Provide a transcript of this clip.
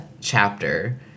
chapter